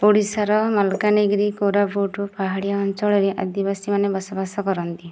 ଓଡ଼ିଶାର ମାଲକାନାଗିରି କୋରାପୁଟ ପାହାଡ଼ିଆ ଅଞ୍ଚଳରେ ଆଦିବାସୀ ମାନେ ବସବାସ କରନ୍ତି